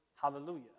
hallelujah